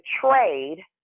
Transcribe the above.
trade